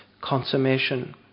consummation